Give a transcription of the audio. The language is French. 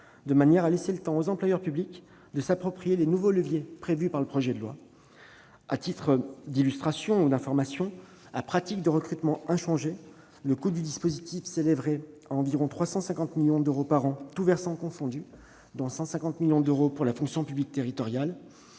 de manière à laisser le temps aux employeurs publics de s'approprier les nouveaux leviers prévus dans le projet de loi. Pour information, à pratiques de recrutement inchangées, le coût du dispositif s'élèverait à environ 350 millions d'euros par an, tous versants confondus, dont environ 150 millions d'euros pour la fonction publique territoriale.